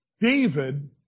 David